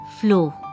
flow